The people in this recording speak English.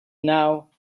now